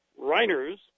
Reiners